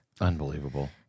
Unbelievable